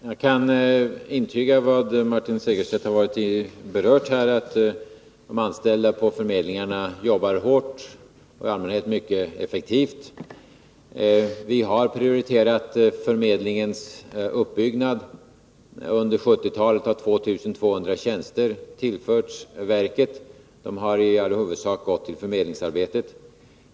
Herr talman! Jag kan intyga vad Martin Segerstedt här har berört, nämligen att de anställda på förmedlingarna jobbar hårt och i allmänhet mycket effektivt. Vi har prioriterat förmedlingens uppbyggnad. Under 1970-talet har 2 200 tjänster tillförts verket. De har i huvudsak gått till förmedlingsarbetet.